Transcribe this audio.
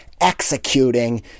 executing